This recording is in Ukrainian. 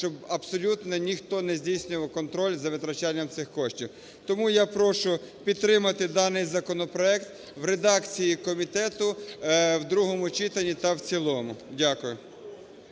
щоб абсолютно ніхто не здійснював контроль за втрачанням цих коштів. Тому я прошу підтримати даний законопроект в редакції комітету в другому читанні та в цілому. Дякую.